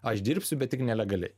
aš dirbsiu bet tik nelegaliai